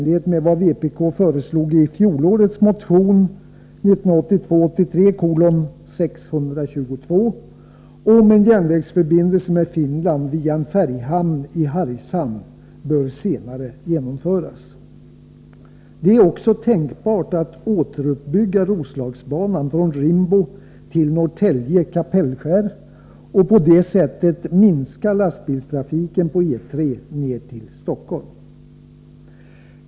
i Hargshamn bör senare genomföras. Det är också tänkbart att återuppbygga Roslagsbanan från Rimbo till Norrtälje och Kapellskär och på det sättet minska lastbilstrafiken på E 3:an ner till Stockholm.